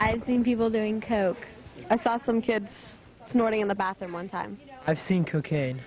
i've seen people doing coke i saw some kids snorting in the bathroom one time i've seen cocaine